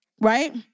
right